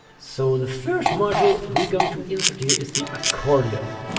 so the first module we're going to insert here is the accordion.